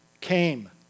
came